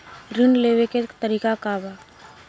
ऋण लेवे के तरीका का बा?